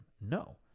No